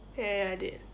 ya ya I did